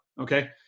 Okay